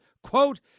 quote